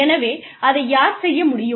எனவே அதை யார் செய்ய முடியும்